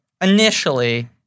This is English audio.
initially